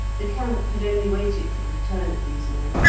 the camp had only waited for the return of these men,